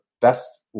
best